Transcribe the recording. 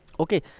Okay